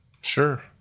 Sure